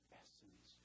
essence